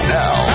now